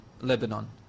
Lebanon